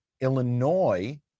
Illinois